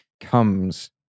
comes